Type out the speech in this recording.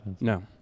No